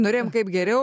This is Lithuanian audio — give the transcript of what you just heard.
norėjom kaip geriau